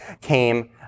came